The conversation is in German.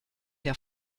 der